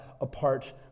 apart